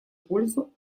пользу